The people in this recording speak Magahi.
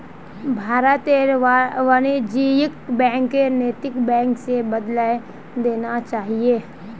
भारतत वाणिज्यिक बैंकक नैतिक बैंक स बदलइ देना चाहिए